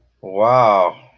Wow